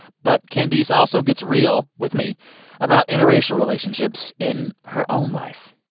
but candice also gets real with me about interracial relationships in her own life